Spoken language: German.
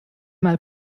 mal